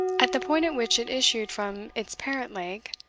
at the point at which it issued from its parent lake,